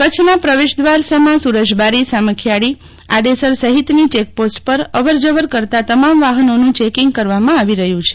કચ્છના પ્રવેશદ્વાર સમા સુરજબારી સામખીયાળી આડેસર સહિતની ચેક પોસ્ટ પર અવરજવર કરતા તમામ વાહનોનું ચેકિંગ કરવામાં આવી રહ્યું છે